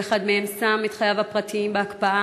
כל אחד מהם שם את חייו הפרטיים בהקפאה